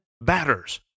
batters